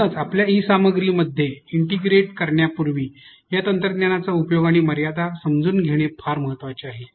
म्हणूनच आपल्या ई सामग्रीमध्ये इंटिग्रेट करण्यापूर्वी या तंत्रज्ञानाचा उपयोग आणि मर्यादा समजून घेणे फार महत्वाचे आहे